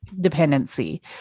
dependency